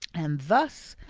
and thus,